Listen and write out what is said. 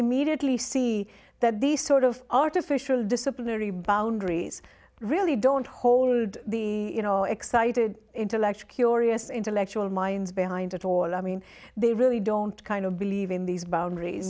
immediately see that these sort of artificial disciplinary boundaries really don't hold the you know excited intellectual curious intellectual minds behind it all i mean they really don't kind of believe in these boundaries